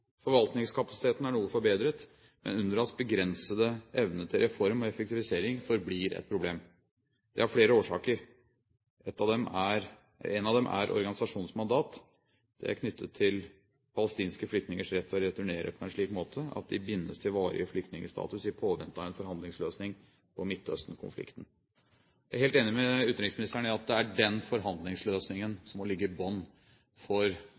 Forvaltningskapasiteten er noe forbedret, men UNRWAs begrensede evne til reform og effektivisering forblir et problem. Det har flere årsaker. En av dem er organisasjonens mandat. Det er knyttet til palestinske flyktningers rett til å returnere på en slik måte at de bindes til varig flyktningstatus i påvente av en forhandlingsløsning på Midtøsten-konflikten. Jeg er helt enig med utenriksministeren i at det er den forhandlingsløsningen som må ligge i bunnen for